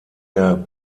der